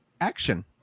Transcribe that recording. action